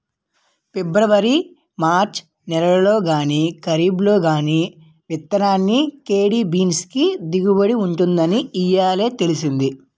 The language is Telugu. పిబ్రవరి మార్చి నెలల్లో గానీ, కరీబ్లో గానీ విత్తితేనే కిడ్నీ బీన్స్ కి దిగుబడి ఉంటుందని ఇయ్యాలే తెలిసింది